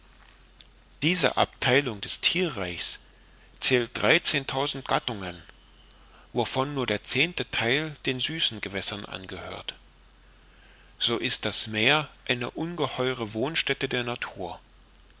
diese abtheilung des thierreichs zählt dreizehntausend gattungen wovon nur der zehnte theil den süßen gewässern angehört so ist das meer eine ungeheure wohnstätte der natur